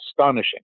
astonishing